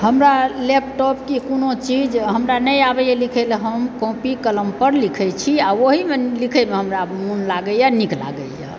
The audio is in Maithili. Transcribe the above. हमरा लैपटोप की कोनो चीज हमरा नहि आबैए लिखैला हम कॉपी कलम पर लिखै छी आर ओहिमे लिखैमे हमरा मोन लागैए नीक लागैए